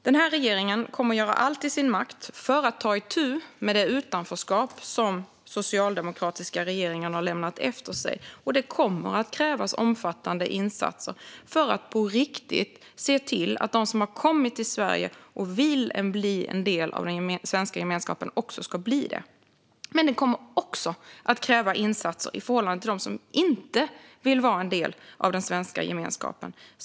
Denna regering kommer att göra allt i sin makt för att ta itu med det utanförskap som den socialdemokratiska regeringen har lämnat efter sig. Det kommer att krävas omfattande insatser för att se till att de som har kommit till Sverige och vill bli en del av den svenska gemenskapen också blir det. Det kommer också att krävas insatser i förhållande till dem som inte vill vara en del av den svenska gemenskapen.